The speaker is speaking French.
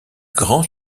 grand